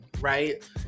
right